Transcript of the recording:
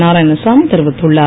நாரயாணசாமி தெரிவித்துள்ளார்